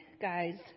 guys